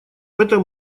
этом